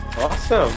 awesome